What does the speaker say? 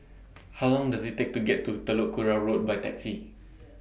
How Long Does IT Take to get to Telok Kurau Road By Taxi